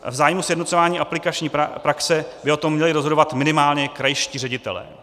V zájmu sjednocování aplikační praxe by o tom měli rozhodovat minimálně krajští ředitelé.